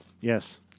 Yes